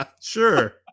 Sure